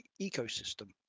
ecosystem